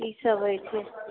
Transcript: की सब होइत छै